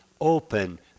open